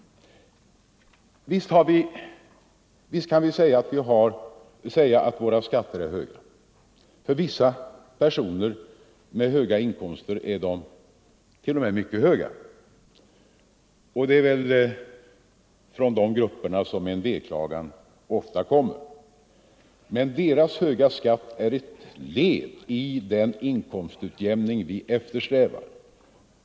Visst kan vi säga att våra skatter är höga. För vissa personer med höga inkomster är de t.o.m. mycket höga, och det är väl från de grupperna som en veklagan ofta kommer. Men deras höga skatt är ett led i den inkomstutjämning vi eftersträvar.